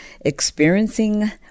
experiencing